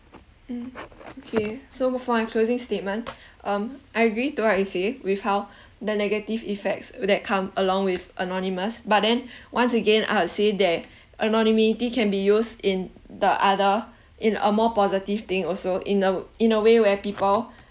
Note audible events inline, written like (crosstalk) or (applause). mmhmm okay so for my closing statement um I agree to what you say with how (breath) the negative effects that come along with anonymous but then (breath) once again I would say that anonymity can be used in the other in a more positive thing also in a in a way where people